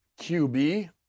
QB